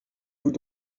vous